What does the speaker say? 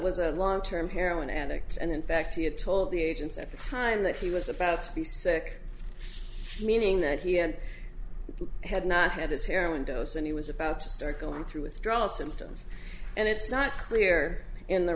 was a long term heroin addict and in fact he had told the agents at the time that he was about to be sick meaning that he had had not had his heroin dose and he was about to start going through withdrawal symptoms and it's not clear in the